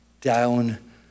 down